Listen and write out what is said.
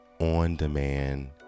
on-demand